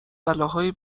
بلاهای